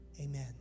amen